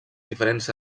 diferents